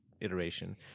iteration